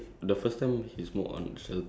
like at the shelter area